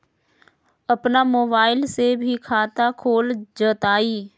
अपन मोबाइल से भी खाता खोल जताईं?